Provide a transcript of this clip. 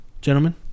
Gentlemen